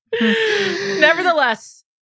Nevertheless